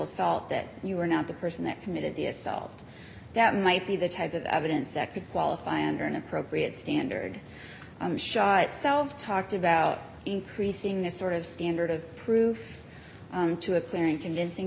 assault that you were not the person that committed the assault that might be the type of evidence that could qualify under an appropriate standard shot itself talked about increasing the sort of standard of proof to a clear and convincing